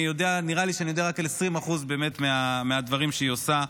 ונראה לי שאני יודע רק על 20% מהדברים שהיא עושה,